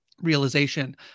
Realization